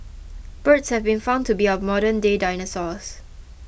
birds have been found to be our modern day dinosaurs